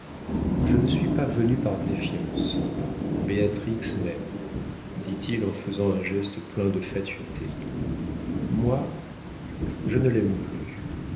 je ne suis pas venu par défiance béatrix m'aime dit-il en faisant un geste plein de fatuité moi je ne l'aime plus